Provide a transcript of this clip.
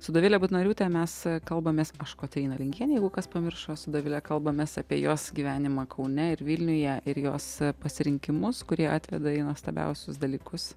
su dovile butnoriūte mes kalbamės aš kotryna lingienė jeigu kas pamiršo su dovile kalbamės apie jos gyvenimą kaune ir vilniuje ir jos pasirinkimus kurie atveda į nuostabiausius dalykus